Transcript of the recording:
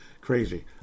Crazy